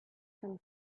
come